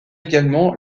également